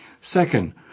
Second